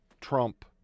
Trump